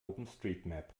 openstreetmap